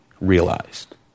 realized